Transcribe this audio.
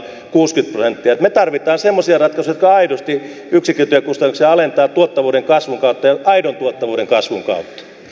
me tarvitsemme semmoisia ratkaisuja jotka aidosti yksikkötyökustannuksia alentavat tuottavuuden kasvun kautta ja aidon tuottavuuden kasvun kautta